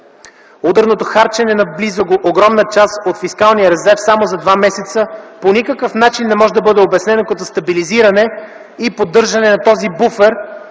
Ударното харчене на близо огромна част от фискалния резерв само за два месеца по никакъв начин не може да бъде обяснено като стабилизиране и поддържане на този буфер